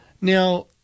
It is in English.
Now